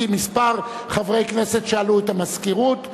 כי כמה חברי כנסת שאלו את המזכירות.